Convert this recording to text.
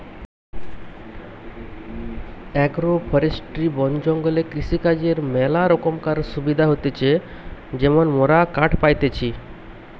agro forestry বন জঙ্গলে কৃষিকাজর ম্যালা রোকমকার সুবিধা হতিছে যেমন মোরা কাঠ পাইতেছি